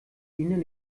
ihnen